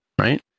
right